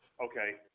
okay